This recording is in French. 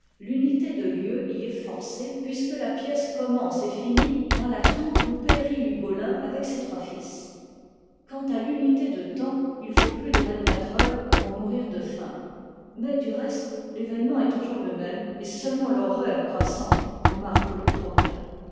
l'unité de lieu y est forcée puisque la pièce commence et finit dans la tour où périt ugo in avec ses trois fils quant à l'unité de temps il faut plus de vingtquatre heures pour mourir de faim mais du reste l'événement est toujours le même et seulement l'horreur croissante en marque le progrès